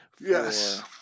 Yes